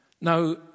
Now